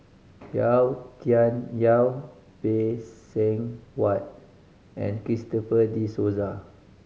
Yau Tian Yau Phay Seng Whatt and Christopher De Souza